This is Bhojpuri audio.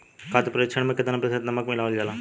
खाद्य परिक्षण में केतना प्रतिशत नमक मिलावल जाला?